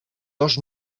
dos